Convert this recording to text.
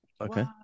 Okay